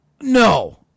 No